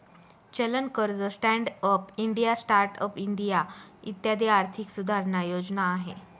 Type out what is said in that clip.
चलन कर्ज, stand up India, start up India इत्यादी आर्थिक सुधारणा योजना आहे